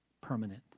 permanent